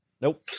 Nope